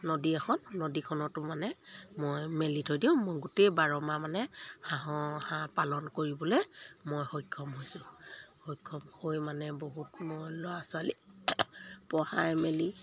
নদী এখন নদীখনতো মানে মই মেলি থৈ দিওঁ মই গোটেই বাৰমাহ মানে হাঁহৰ হাঁহ পালন কৰিবলৈ মই সক্ষম হৈছোঁ সক্ষম হৈ মানে বহুত মই ল'ৰা ছোৱালী পঢ়াই মেলি